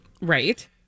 Right